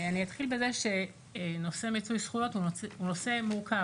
אני אתחיל בזה שנושא מיצוי זכויות הוא נושא מורכב,